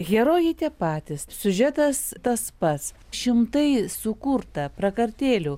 herojai tie patys siužetas tas pats šimtai sukurta prakartėlių